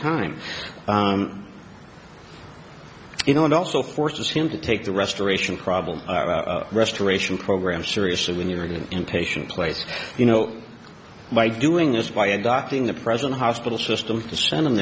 time you know and also forces him to take the restoration problem restoration program seriously when you're in an inpatient place you know by doing this by adopting the present hospital system to send